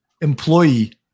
employee